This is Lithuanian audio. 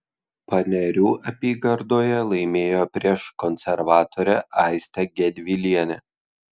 panerių apygardoje laimėjo prieš konservatorę aistę gedvilienę